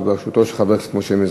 בראשותו של חבר הכנסת מזרחי.